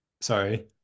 Sorry